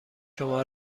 شما